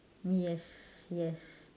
yes yes